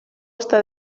està